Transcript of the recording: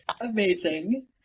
amazing